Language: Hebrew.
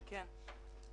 בבקשה.